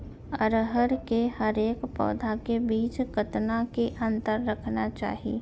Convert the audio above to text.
अरहर के हरेक पौधा के बीच कतना के अंतर रखना चाही?